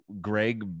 Greg